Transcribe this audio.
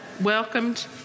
welcomed